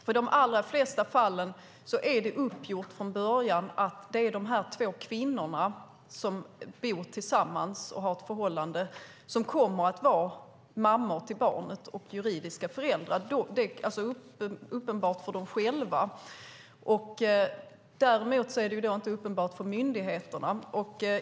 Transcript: I de allra flesta fallen är det uppgjort från början att det är de två kvinnorna som bor tillsammans och har ett förhållande som kommer att vara mammor och juridiska föräldrar till barnet. Det är uppenbart för dem själva, men däremot är det inte uppenbart för myndigheterna.